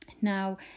Now